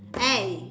eh